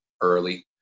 early